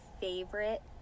favorite